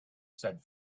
said